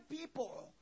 people